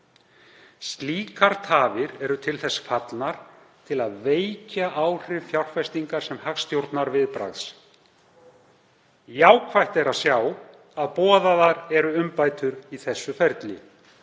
Slíkar tafir eru til þess fallnar að veikja áhrif fjárfestingar sem hagstjórnarviðbragðs. Jákvætt er að sjá að boðaðar eru umbætur á þessu ferli.“